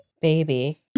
Baby